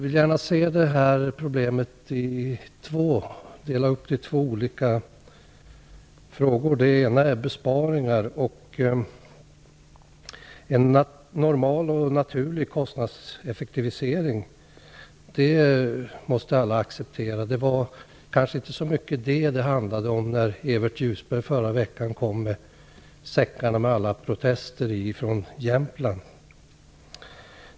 En del i detta gäller besparingar. En normal och naturlig kostnadseffektivisering måste alla acceptera. Det var kanske inte så mycket det det handlade om när Evert Ljusberg förra veckan kom hit med säckarna med alla protester från Jämtland.